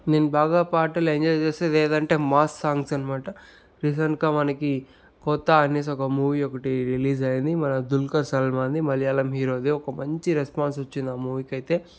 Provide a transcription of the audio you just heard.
నేను బాగా పాటలు ఎంజాయ్ చేసేదేంటంటే మాస్ సాంగ్స్ అనమాట రీసెంట్గా మనకి కొత్త అనేసి మూవీ ఒకటి రిలీజ్ అయింది మన దుల్కర్ సల్మాన్ది మలయాళం హీరోది ఒక మంచి రెస్పాన్స్ వచ్చింది ఆ మూవీకి అయితే